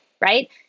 Right